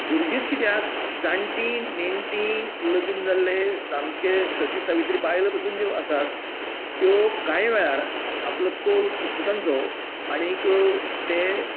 भुरगींच कित्याक जाणटी नेणटी लग्न जाल्लें सामके सतिसावित्री बायलां पसून ज्यो आसात त्यो कांय वेळार आपलो तोल सुट्टा तांचो आनीक ते